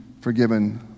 forgiven